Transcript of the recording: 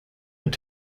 mit